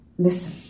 listen